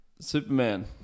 Superman